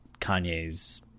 Kanye's